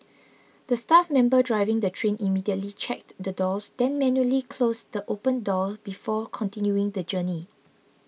the staff member driving the train immediately checked the doors then manually closed the open door before continuing the journey